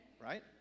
Right